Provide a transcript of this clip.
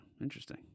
interesting